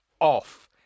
off